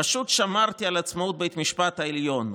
פשוט שמרתי על עצמאות בית המשפט העליון.